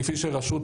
יחד?